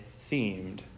themed